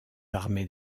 armées